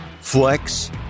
flex